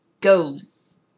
goes